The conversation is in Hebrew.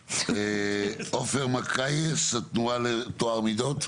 עומר מקייס, התנועה לטוהר מידות.